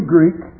Greek